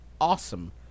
awesome